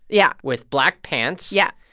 yeah. with black pants. yeah.